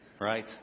right